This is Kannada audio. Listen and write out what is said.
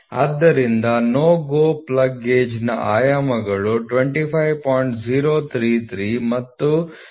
ಆದ್ದರಿಂದ NO GO ಪ್ಲಗ್ ಗೇಜ್ನ ಆಯಾಮಗಳು 25